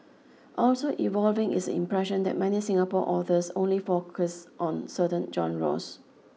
also evolving is the impression that many Singapore authors only focus on certain genres